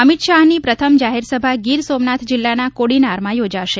અમીત શાહની પ્રથમ જાહેરસભા ગીર સોમનાથ જિલ્લાના કોડીનારમાં યોજાશે